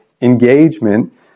engagement